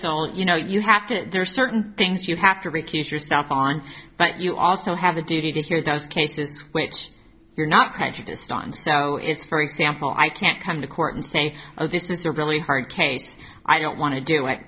all you know you have to there are certain things you have to recuse yourself on but you also have a duty to hear those cases which you're not prejudiced on so it's for example i can't come to court and say oh this is a really hard case i don't want to do it